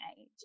age